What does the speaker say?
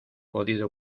podido